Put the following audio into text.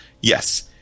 yes